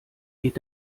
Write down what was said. geht